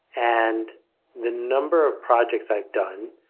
and the number of projects i've done,